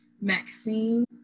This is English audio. Maxine